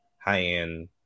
high-end